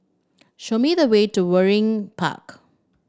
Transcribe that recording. show me the way to Waringin Park